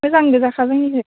मोजांगोजाखा जोंनिजाय